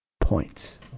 points